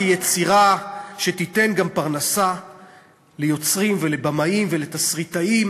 יצירה שתיתן גם פרנסה ליוצרים ולבמאים ולתסריטאים